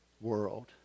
world